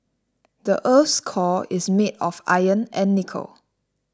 the earth's core is made of iron and nickel